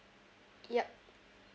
yup